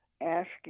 asking